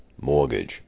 Mortgage